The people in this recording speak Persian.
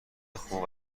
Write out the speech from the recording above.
خوب